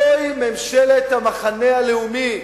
זוהי ממשלת המחנה הלאומי,